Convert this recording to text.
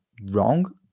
wrong